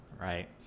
right